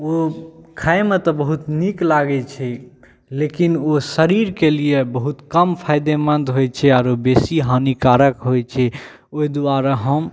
ओ खाएमे तऽ बहुत नीक लागै छै लेकिन ओ शरीरके लिए बहुत कम फायदेमन्द होइ छै आरो बेसी हानिकारक होइ छै ओहि दुआरे हम